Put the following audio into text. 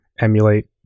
emulate